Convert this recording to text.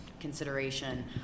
Consideration